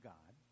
God